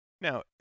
Now